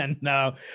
No